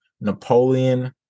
Napoleon